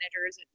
managers